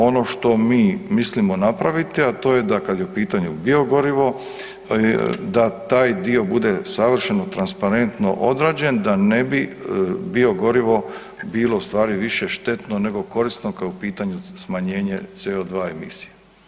Ono što mi mislimo napraviti, a to je da kada je u pitanju biogorivo da taj dio bude savršeno transparentno odrađen da ne bi biogorivo bilo ustvari više štetno nego korisno kao u pitanju smanjenje CO2 emisije.